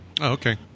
Okay